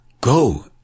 go